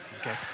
okay